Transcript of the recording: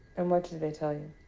and what did they tell you?